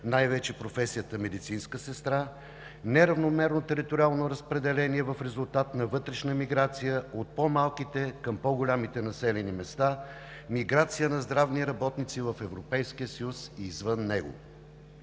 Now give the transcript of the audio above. най-вече професията „медицинска сестра“; неравномерно териториално разпределение в резултат на вътрешна миграция от по-малките към по-големите населени места; миграция на здравни работници в Европейския съюз и извън него.